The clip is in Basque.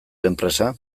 enpresa